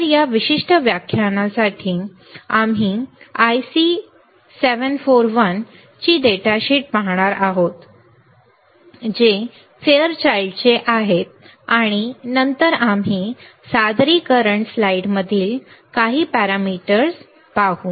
तर या विशिष्ट व्याख्यानासाठी आम्ही IC 741 ची डेटा शीट पाहणार आहोत जे फेअरचाइल्डचे आहे आणि नंतर आम्ही सादरीकरण स्लाइडमधील काही पॅरामीटर्स ठीक पाहू